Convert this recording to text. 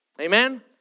Amen